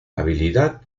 habilidad